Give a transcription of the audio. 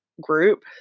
group